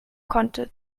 konnte